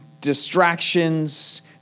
distractions